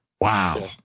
wow